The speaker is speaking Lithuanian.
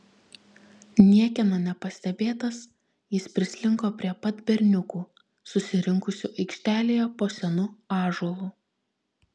niekieno nepastebėtas jis prislinko prie pat berniukų susirinkusių aikštelėje po senu ąžuolu